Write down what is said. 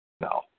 No